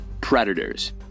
predators